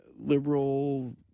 liberal